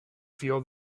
feel